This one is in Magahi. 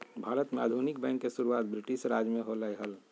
भारत में आधुनिक बैंक के शुरुआत ब्रिटिश राज में होलय हल